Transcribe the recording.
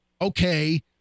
okay